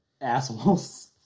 assholes